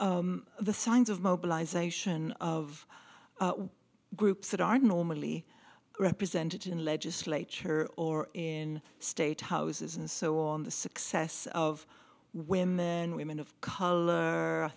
about the signs of mobilization of groups that are normally represented in legislature or in state houses and so on the success of women women of color i